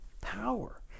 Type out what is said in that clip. power